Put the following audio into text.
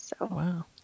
Wow